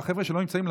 לחבר'ה שלא נמצאים,